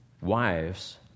Wives